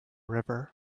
river